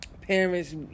parents